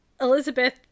Elizabeth